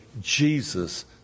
Jesus